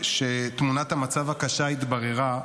כשתמונת המצב הקשה התבררה,